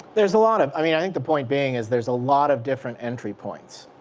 there's a lot of, i mean, i think the point being is there's a lot of different entry points.